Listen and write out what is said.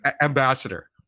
ambassador